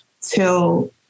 till